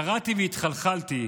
קראתי והתחלחלתי.